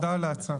תודה על ההצעה.